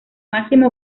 máximo